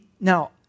Now